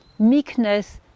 Meekness